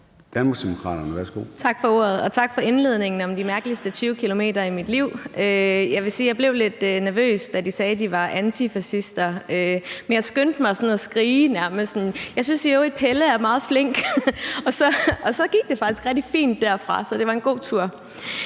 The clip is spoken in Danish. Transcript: Tak for ordet, og tak for indledningen om de mærkeligste 20 km i mit liv. Jeg vil sige, at jeg blev lidt nervøs, da de sagde, at de var antifascister. Men jeg skyndte mig sådan nærmest at skrige: Jeg synes i øvrigt, Pelle er meget flink. Og så gik det faktisk rigtig fint derfra, så det var en god tur.